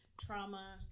trauma